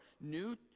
New